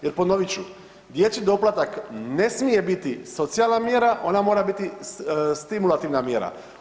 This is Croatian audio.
Jer, ponovit ću, dječji doplatak ne smije biti socijalna mjera, ona mora biti stimulativna mjera.